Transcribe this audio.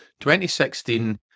2016